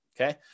okay